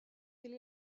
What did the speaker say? vill